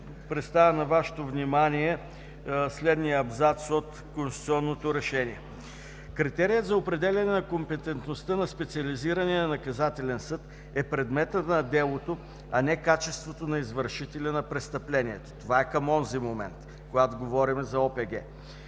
представя на Вашето внимание следния абзац от конституционното решение. „Критерият за определяне на компетентността на Специализирания наказателен съд е предметът на делото, а не качеството на извършителя на престъпленията“, това е към онзи момент, когато говорим за ОПГ.